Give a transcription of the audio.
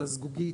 על הזגוגית,